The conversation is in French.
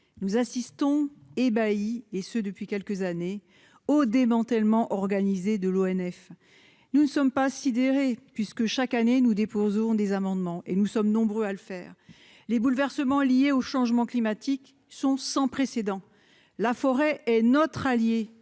nous assistons ébahis et ce depuis quelques années au démantèlement organisé de l'ONF, nous ne sommes pas sidéré, puisque chaque année, nous déposerons des amendements et nous sommes nombreux à le faire, les bouleversements liés au changement climatique sont sans précédent, la forêt est notre allié,